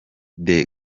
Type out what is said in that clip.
the